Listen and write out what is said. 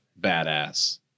badass